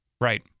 Right